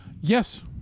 Yes